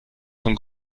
von